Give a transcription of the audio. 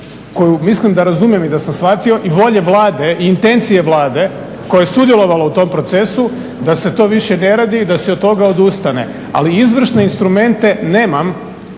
koju mislim da razumijem i da sam shvatio i volje Vlade i intencije Vlade koja je sudjelovala u tom procesu da se to više ne radi i da se od toga odustane. Ali izvršne instrumente nemam